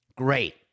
Great